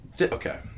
Okay